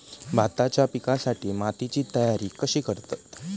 भाताच्या पिकासाठी मातीची तयारी कशी करतत?